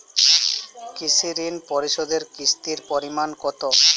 কৃষি ঋণ পরিশোধের কিস্তির পরিমাণ কতো?